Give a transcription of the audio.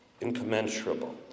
incommensurable